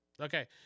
Okay